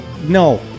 No